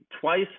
twice